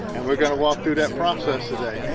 and we're going to walk through that process today.